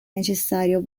necessario